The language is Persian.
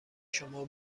شما